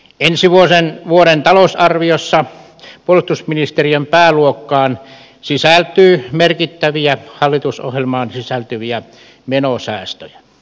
ensi vuoden talousarviossa puolustusministeriön pääluokkaan sisältyy merkittäviä hallitusohjelmaan sisältyviä menosäästöjä